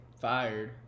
fired